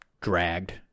dragged